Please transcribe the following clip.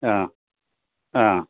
ಹಾಂ ಹಾಂ